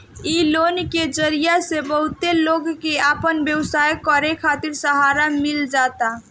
इ लोन के जरिया से बहुते लोग के आपन व्यवसाय करे खातिर सहारा मिल जाता